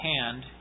hand